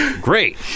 Great